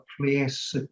place